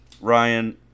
Ryan